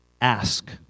Ask